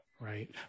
Right